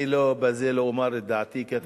אני בזה לא אומר את דעתי.